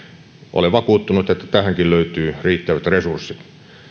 olen vakuuttunut että tähänkin löytyy riittävät resurssit